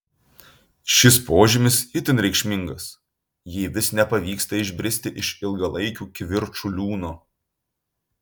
šis požymis itin reikšmingas jei vis nepavyksta išbristi iš ilgalaikių kivirčų liūno